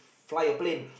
fly a plane